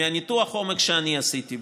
מניתוח העומק שאני עשיתי,